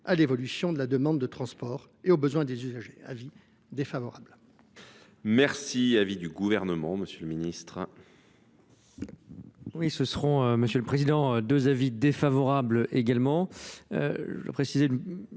à l’évolution de la demande de transport et aux besoins des usagers. La